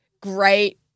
great